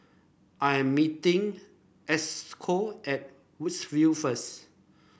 I am meeting Esco at Woodsville first